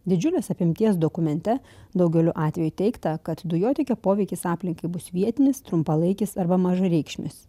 didžiulės apimties dokumente daugeliu atvejų teigta kad dujotiekio poveikis aplinkai bus vietinis trumpalaikis arba mažareikšmis